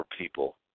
people